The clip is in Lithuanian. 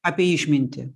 apie išmintį